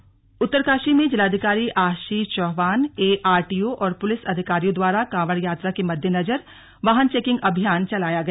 slug वाहन checking अभियान उत्तरकाशी में जिलाधिकारी आशीष चौहान एआरटीओ और पुलिस अधिकारियों द्वारा कांवड़ यात्रा मद्देनजर वाहन चेकिंग अभियान चलाया गया